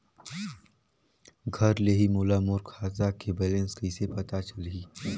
घर ले ही मोला मोर खाता के बैलेंस कइसे पता चलही?